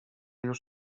już